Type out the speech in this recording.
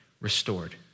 restored